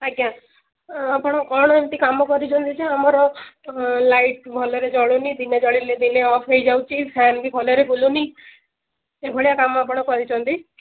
ଆଜ୍ଞା ଆପଣ କ'ଣ ଏମିତି କାମ କରିଛନ୍ତି ଯେ ଆମର ଲାଇଟ୍ ଭଲରେ ଜଳୁନି ଦିନେ ଜଳିଲେ ଦିନେ ଅଫ୍ ହେଇଯାଉଛି ଫ୍ୟାନ୍ ବି ଭଲରେ ବୁଲୁନି ଏଭଳିଆ କାମ ଆପଣ କରିଛନ୍ତି